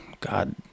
God